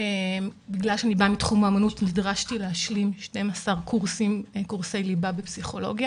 ובגלל שאני באה מתחום האומנות נדרשתי להשלים 12 קורסי ליבה בפסיכולוגיה